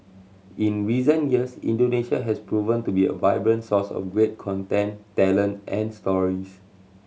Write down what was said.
in recent years Indonesia has proven to be a vibrant source of great content talent and stories